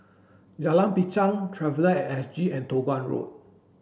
Jalan Binchang Traveller at S G and Toh Guan Road